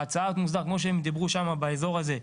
כמו שהם דיברו שם באזור הזה,